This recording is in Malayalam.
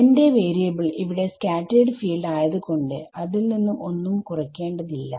എന്റെ വാരിയബിൾ ഇവിടെ സ്കാറ്റെർഡ് ഫീൽഡ് ആയത് കൊണ്ട് അതിൽ നിന്ന് ഒന്നും കുറയ്ക്കേണ്ടതില്ല